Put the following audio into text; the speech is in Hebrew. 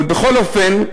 אבל בכל אופן,